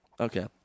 Okay